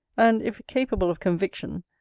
and, if capable of conviction,